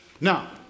Now